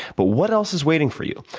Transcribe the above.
but what else is waiting for you?